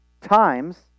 times